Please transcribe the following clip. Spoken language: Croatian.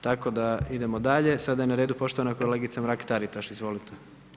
Tako da idemo dalje, sad je na redu poštovana kolega Mrak Taritaš, izvolite.